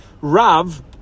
Rav